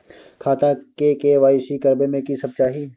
खाता के के.वाई.सी करबै में की सब चाही?